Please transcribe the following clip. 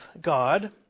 God